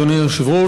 אדוני היושב-ראש,